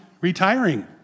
retiring